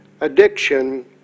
addiction